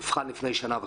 הוא אובחן לפני שנה וחצי.